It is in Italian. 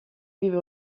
vive